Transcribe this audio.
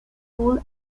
full